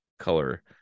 color